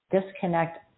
disconnect